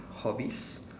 hobbies